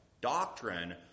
doctrine